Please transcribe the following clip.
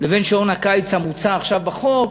לבין שעון הקיץ המוצע עכשיו בחוק,